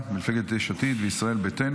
מפלגת יש עתיד וישראל ביתנו.